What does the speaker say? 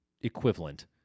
equivalent